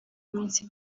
iminsi